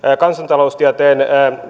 kansantaloustieteen